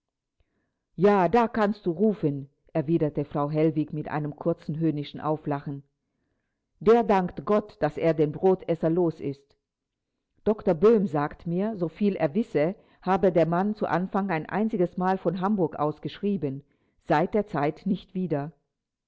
ja da kannst du rufen erwiderte frau hellwig mit einem kurzen höhnischen auflachen der dankt gott daß er den brotesser los ist doktor böhm sagt mir soviel er wisse habe der mann zu anfang ein einziges mal von hamburg aus geschrieben seit der zeit nicht wieder